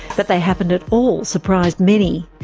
that they happened at all surprised many.